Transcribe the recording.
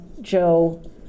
Joe